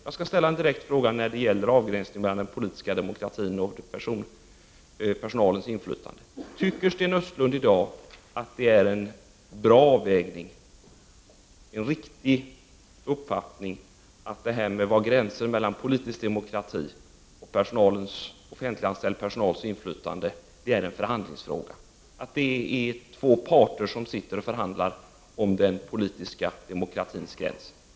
Jag skall ställa en direkt fråga som gäller avgränsningen mellan den politiska demokratin och personalens inflytande. Tycker Sten Östlund att det är en bra avvägning att var gränsen mellan politisk demokrati och offentliganställd personals inflytande går är en förhandlingsfråga? Är det en riktig uppfattning att två parter sitter och förhandlar om den politiska demokratins gräns?